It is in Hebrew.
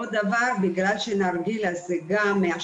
בוקר טוב לכולם, תודה שאתם כאן, גם מי שהיה